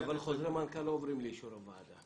כן, אבל חוזרי מנכ"ל לא עוברים לאישור הוועדה.